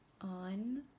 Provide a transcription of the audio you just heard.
on